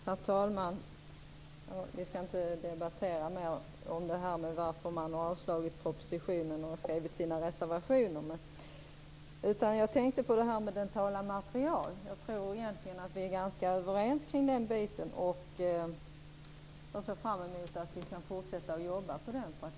Herr talman! Vi skall inte debattera mer om varför man har avstyrkt propositionen och skrivit sina reservationer. Jag tänkte på dentala material. Jag tror egentligen att vi är överens om den saken. Jag ser fram emot att vi kan fortsätta att jobba på det.